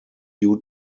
due